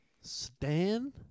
Stan